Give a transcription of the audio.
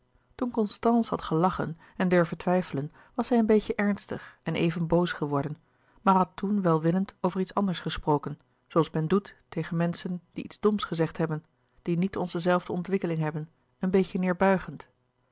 toen constance had gelachen en durven twijfelen was hij een beetje ernstig en even boos geworden maar had toen welwillend over iets anders gesproken zooals men doet tegen menlouis couperus de boeken der kleine zielen schen die iets doms gezegd hebben die niet onze zelfde ontwikkeling hebben een beetje